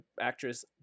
actress